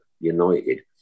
United